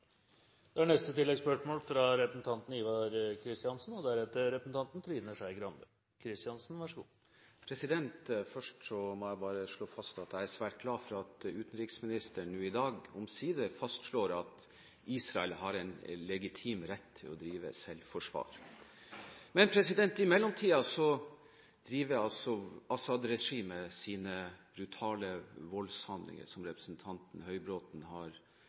Ivar Kristiansen – til oppfølgingsspørsmål. Jeg vil først slå fast at jeg er svært glad for at utenriksministeren nå i dag omsider fastslår at Israel har en legitim rett til å drive selvforsvar. Men i mellomtiden driver altså Assad-regimet med sine brutale voldshandlinger, som representanten Høybråten har